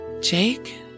Jake